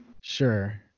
Sure